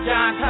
John